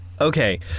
Okay